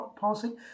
passing